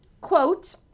quote